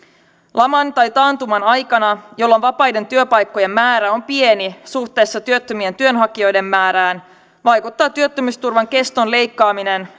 laman tai taantuman aikana jolloin vapaiden työpaikkojen määrä on pieni suhteessa työttömien työnhakijoiden määrään vaikuttaa työttömyysturvan keston leikkaaminen